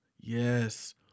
Yes